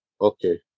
okay